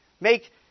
Make